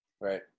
Right